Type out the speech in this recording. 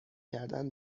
کردن